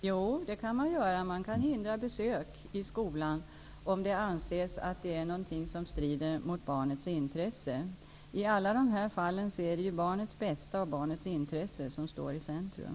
Fru talman! Jo, de kan hindra besöket, om det anses att besöket strider mot barnets intresse. I alla dessa fall är det ju barnets intresse och barnets bästa som står i centrum.